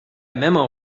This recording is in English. memo